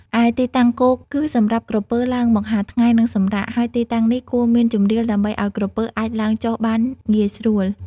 ឯទីតាំងគោក គឺសម្រាប់ក្រពើឡើងមកហាលថ្ងៃ និងសម្រាក ហើយទីតាំងនេះគួរមានជម្រាលដើម្បីឲ្យក្រពើអាចឡើងចុះបានងាយស្រួល។